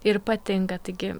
ir patinka taigi